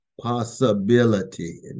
possibility